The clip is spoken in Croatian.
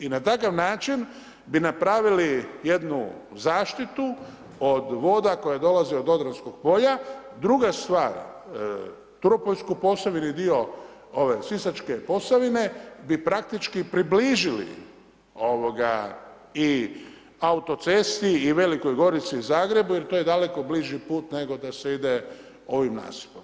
I na takav način bi napravili jednu zaštitu od voda koja dolazi od Odranskog Polja, druga stvar, turopoljsku Posavinu i dio ove sisačke Posavine, bi praktički približili i autocesti i Velikoj Gorici, Zagrebu, jer to je daleko bliži put nego da se ide ovim nasipom.